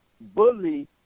bully